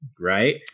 right